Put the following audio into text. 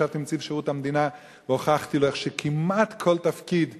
ישבתי עם נציב שירות המדינה והוכחתי לו איך כמעט כל תפקיד חסום,